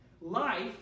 Life